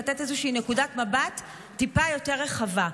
לתת איזושהי נקודת מבט טיפה יותר רחבה.